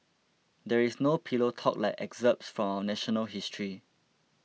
there is no pillow talk like excerpts from our national history